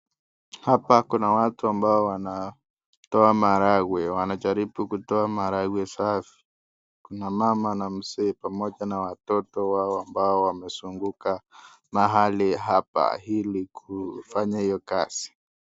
Hapa kuna watu ambao wanatoa maharagwe. Wanajaribu kutoa maharagwe safi. Kuna mama na mzee pamoja na watoto wao ambao wamezunguka mahali hapa ili kufanya hiyo kazi.